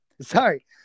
Sorry